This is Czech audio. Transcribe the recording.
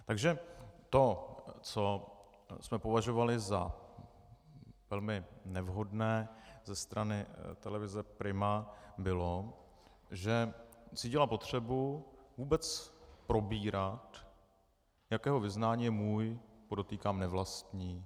Takže to, co jsme považovali za velmi nevhodné ze strany televize Prima, bylo, že cítíme potřebu vůbec probírat, jakého vyznání je můj podotýkám nevlastní bratr.